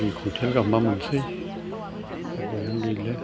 दुइ कुइन्टेल माबा मोनसै गयानो गैले